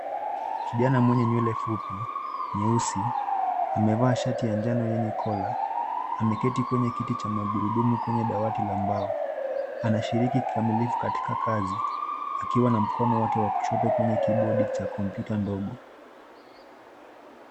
Kijana mwenye nywele fupi nyeusi amevaa shati ya njano yenye kola, ameketi kwenye kiti cha magurudumu mbele ya dawati la mbao. Anashiriki kikamilifu katika kazi, akiwa na mkono wake wa kushoto kwenye kibodi cha kompyuta ndogo.